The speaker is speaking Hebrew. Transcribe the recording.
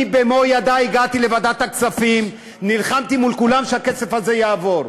בעצמי הגעתי לוועדת הכספים ונלחמתי מול כולם שהכסף הזה יעבור.